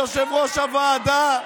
יושב-ראש הוועדה,